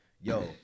yo